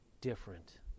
different